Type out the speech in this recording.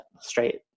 straight